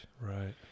Right